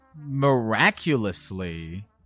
miraculously